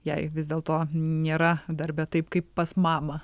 jei vis dėlto nėra darbe taip kaip pas mamą